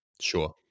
sure